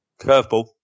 Curveball